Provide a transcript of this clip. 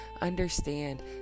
Understand